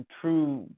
true